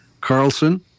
Carlson